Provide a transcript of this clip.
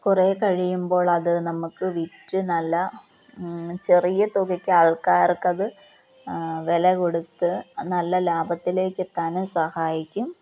കുറേ കഴിയുമ്പോൾ അത് നമുക്ക് വിറ്റ് നല്ല ചെറിയ തുകയ്ക്ക് ആൾക്കാർക്കത് വില കൊടുത്ത് നല്ല ലാഭത്തിലേക്ക് എത്താൻ സഹായിക്കും